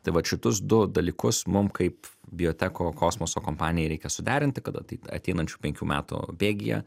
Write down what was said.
tai vat šitus du dalykus mum kaip bioteko kosmoso kompanijai reikia suderinti kada tai ateinančių penkių metų bėgyje